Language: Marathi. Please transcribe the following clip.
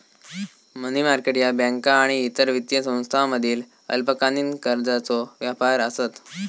मनी मार्केट ह्या बँका आणि इतर वित्तीय संस्थांमधील अल्पकालीन कर्जाचो व्यापार आसत